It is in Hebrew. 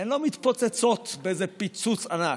הן לא מתפוצצות באיזה פיצוץ ענק.